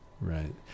Right